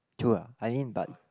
true ah I mean but